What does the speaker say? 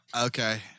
Okay